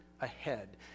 ahead